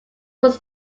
was